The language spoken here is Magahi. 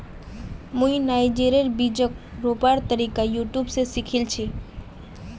मुई नाइजरेर बीजक रोपवार तरीका यूट्यूब स सीखिल छि